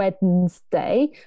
wednesday